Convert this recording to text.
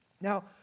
Now